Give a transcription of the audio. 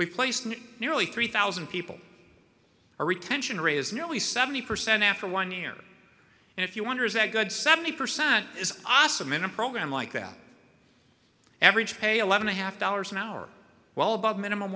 we placed nearly three thousand people our retention rate is nearly seventy percent after one year and if you wonder is that good seventy percent is awesome in a program like that average pay eleven a half dollars an hour well above minimum